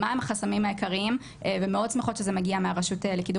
מהם החסמים העיקריים ומאוד שמחות שזה מגיע מהרשות לקידום